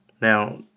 now